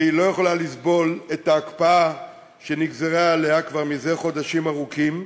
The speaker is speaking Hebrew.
והיא לא יכולה לסבול את ההקפאה שנגזרה עליה כבר חודשים ארוכים,